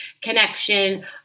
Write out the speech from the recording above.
connection